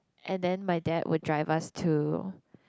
and then my dad will drive us to